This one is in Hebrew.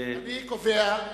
אני קובע,